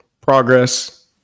progress